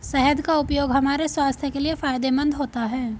शहद का उपयोग हमारे स्वास्थ्य के लिए फायदेमंद होता है